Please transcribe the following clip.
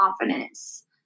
confidence